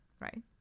right